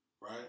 right